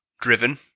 Driven